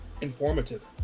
Informative